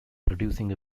producing